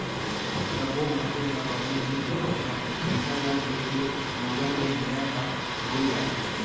सब्बो मनखे ह बने नइ रहय, पइसा ल देखके लोगन के नियत ह डोल जाथे